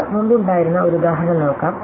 നമുക്ക് മുമ്പ് ഉണ്ടായിരുന്ന ഈ ഉദാഹരണം നോക്കാം